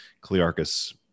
Clearchus